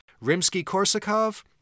Rimsky-Korsakov